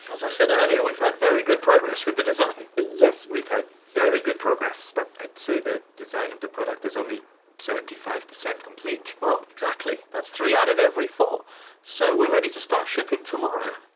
as i said earlier, we've had very good progress with the design. yes, we've had very good progress but i'd say the design of the product is only seventy five percent complete. well exactly! that's three out of every four so we're ready to start shipping tomorrow.